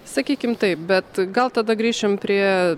sakykim taip bet gal tada grįšim prie